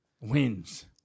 wins